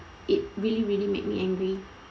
it really really make me angry